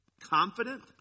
confident